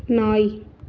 நாய்